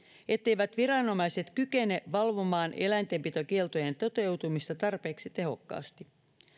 etteivät viranomaiset kykene valvomaan eläintenpitokieltojen toteutumista tarpeeksi tehokkaasti